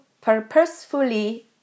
purposefully